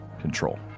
control